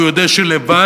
והוא יודע שהוא לבד,